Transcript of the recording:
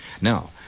Now